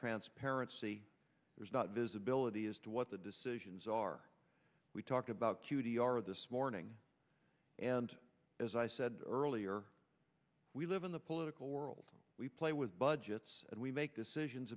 transparency there's not visibility as to what the decisions are we talk about q t r this morning and as i said earlier we live in the political world we play with budgets and we make decisions